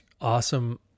awesome